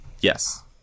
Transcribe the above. Yes